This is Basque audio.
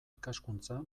ikaskuntza